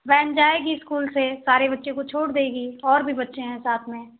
van जायेगी school से सारे बच्चे को छोड़ देगी और भी बच्चे हैं साथ में